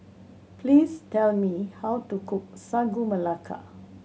please tell me how to cook Sagu Melaka